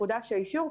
שמאשרים זאת.